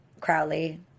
Crowley